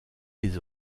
les